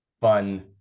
fun